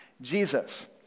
Jesus